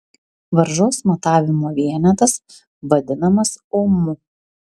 varžos matavimo vienetas vadinamas omu